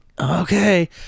okay